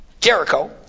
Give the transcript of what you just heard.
Jericho